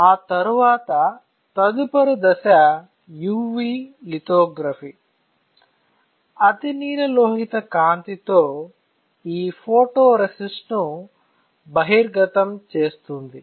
ఆ తరువాత తదుపరి దశ UV లితోగ్రఫీ అతినీలలోహిత కాంతితో ఈ ఫోటోరెసిస్ట్ను బహిర్గతం చేస్తుంది